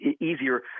easier